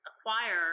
acquire